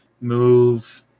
move